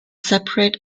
separate